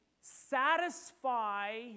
satisfy